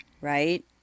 right